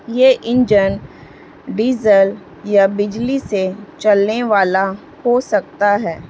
یہ engine diesel یا بجلی سے چلنے والا ہو سکتا ہے